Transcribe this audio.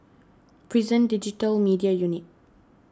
Prison Digital Media Unit